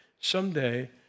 someday